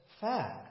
fact